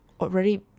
already